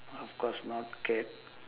of course not cat